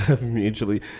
Mutually